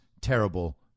terrible